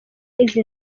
izi